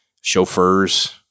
chauffeurs